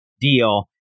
deal